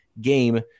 game